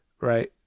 right